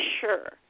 sure